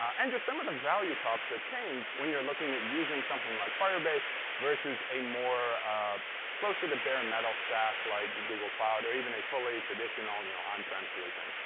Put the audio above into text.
and just some of the value props that change when you're looking at using something like firebase versus a more ah closer-to-bare-metal stack like google cloud or even a fully-traditional and you know on-prem solution.